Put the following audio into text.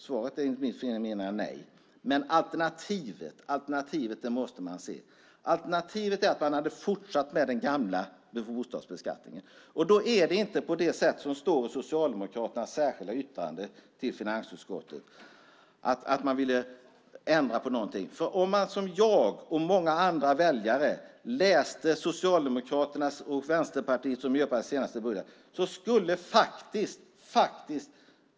Svaret är enligt mitt förmenande nej. Men man måste se på alternativet. Alternativet är att man hade fortsatt med den gamla bostadsbeskattningen. I Socialdemokraternas, Vänsterpartiets och Miljöpartiets senaste budget, som jag och många väljare läste, skulle faktiskt bostadsbeskattningen för i år och de kommande åren ha höjts med ytterligare 3-4 miljarder.